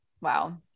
Wow